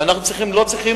ואנחנו לא צריכים,